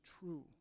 true